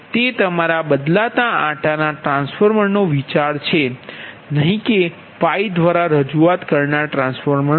તે તમારા બદલાતા આંટાના ટ્રાન્સફોર્મરનો વિચાર છે નહીં કે 𝜋 દ્વારા રજૂઆત કરનાર ટ્રાન્સફોર્મર